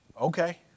Okay